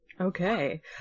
Okay